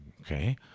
Okay